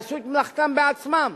יעשו את מלאכתם בעצמם,